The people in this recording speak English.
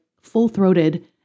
full-throated